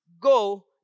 Go